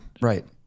Right